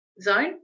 zone